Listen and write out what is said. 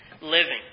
living